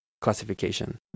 classification